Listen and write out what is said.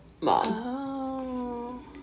Mom